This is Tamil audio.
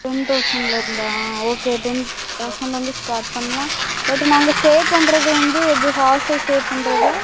டென் தௌசண்ட்ல இருந்தால் ஆ ஓகே டென் தௌசண்ட்ல இருந்து ஸ்டார்ட் பண்ணால் பட் நாங்கள் ஸ்டே பண்ணுறது வந்து எப்படி ஹாஸ்டல் ஸ்டே பண்ணுறதா